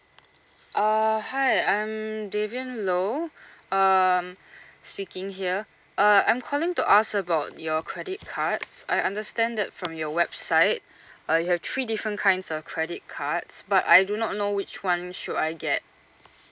uh hi I'm davian low um speaking here uh I'm calling to ask about your credit cards I understand that from your website uh you have three different kinds of credit cards but I do not know which one should I get